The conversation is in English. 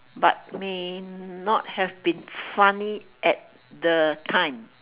but may not have been funny at the time